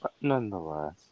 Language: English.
Nonetheless